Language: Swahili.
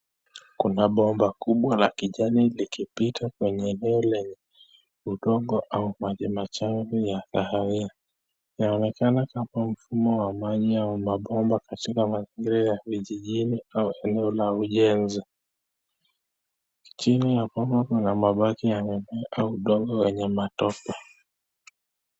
Kuna bomba kubwa la kijani likipita kwenye eneo udongo au maji machafu inaonekana kam